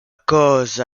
cause